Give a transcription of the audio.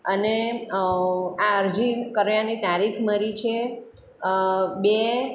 અને આ અરજી કર્યાની તારીખ મારી છે બે